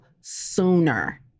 sooner